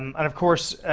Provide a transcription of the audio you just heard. um and of course,